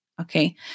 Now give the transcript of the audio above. Okay